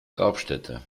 grabstätte